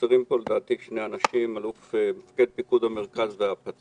חסרים פה לדעתי שני אנשים מפקד פיקוד המרכז והפצ"ר.